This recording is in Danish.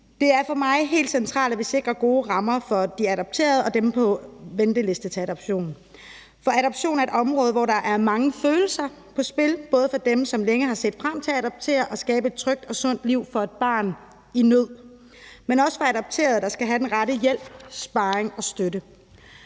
Det er for mig helt centralt, at vi sikrer gode rammer for de adopterede og dem på venteliste til adoption, for adoption er et område, hvor der er mange følelser på spil, både for dem, som længe har set frem til at adoptere og skabe et trygt og sundt liv for et barn i nød, men også for adopterede, der skal have den rette hjælp, sparring og støtte.